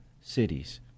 cities